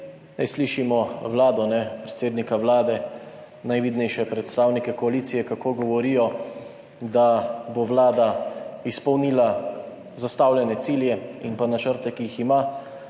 Slišimo vlado, predsednika Vlade, najvidnejše predstavnike koalicije, kako govorijo, da bo vlada izpolnila zastavljene cilje in pa načrte, ki jih ima.